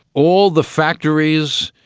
all the factories,